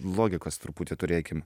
logikos truputį turėkim